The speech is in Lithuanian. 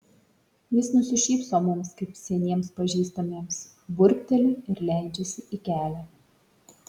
jis nusišypso mums kaip seniems pažįstamiems burbteli ir leidžiasi į kelią